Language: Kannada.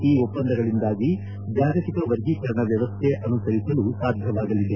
ಈ ಒಪ್ಪಂದಗಳಿಂದಾಗಿ ಜಾಗತಿಕ ವರ್ಗೀಕರಣ ವ್ಯವಸ್ಥೆ ಅನುಸರಿಸಲು ಸಾಧ್ಯವಾಗಳಿದೆ